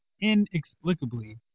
inexplicably